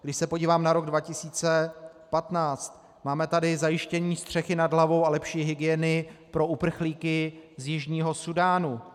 Když se podívám na rok 2015, máme tady zajištění střechy nad hlavou a lepší hygieny pro uprchlíky z Jižního Súdánu.